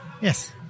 Yes